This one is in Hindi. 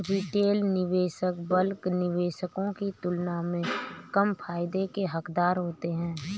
रिटेल निवेशक बल्क निवेशकों की तुलना में कम फायदे के हक़दार होते हैं